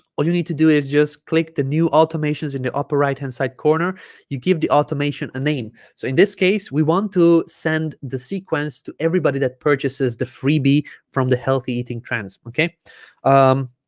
all you need to do is just click the new automations in the upper right hand side corner you give the automation a name so in this case we want to send the sequence to everybody that purchases the freebie from the healthy eating trans okay um